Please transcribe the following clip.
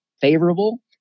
favorable